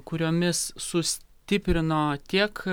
kuriomis sustiprino tiek